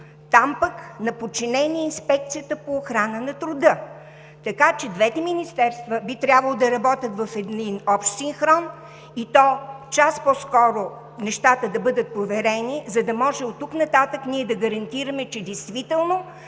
Там пък на подчинение е Инспекцията по охрана на труда. Така че двете министерства би трябвало да работят в един общ синхрон, и то част по-скоро нещата да бъдат проверени, за да може оттук нататък ние да гарантираме, че действително